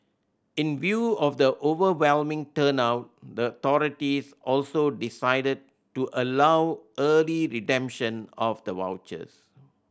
in view of the overwhelming turnout the authorities also decided to allow early redemption of the vouchers